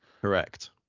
correct